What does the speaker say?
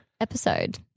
episode